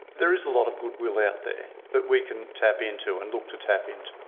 there is a lot of good will out there that we can tap into and look to tap into.